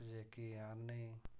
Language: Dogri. पजेकी आह्ननी